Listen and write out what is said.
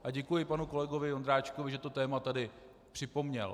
A děkuji panu kolegovi Ondráčkovi, že to téma tady připomněl.